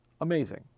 Amazing